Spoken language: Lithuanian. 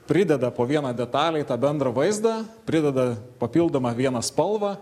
prideda po vieną detalę į tą bendrą vaizdą prideda papildomą vieną spalvą